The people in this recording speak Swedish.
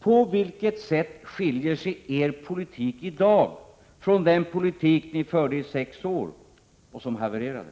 På vilket sätt skiljer sig er politik i dag från den politik som ni förde i sex år och som havererade?